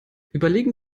überlegen